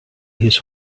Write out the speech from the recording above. his